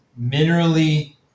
minerally